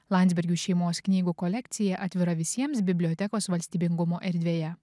landsbergių šeimos knygų kolekcija atvira visiems bibliotekos valstybingumo erdvėje